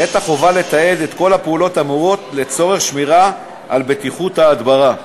ואת החובה לתעד את כל הפעולות האמורות לצורך שמירה על בטיחות ההדברה.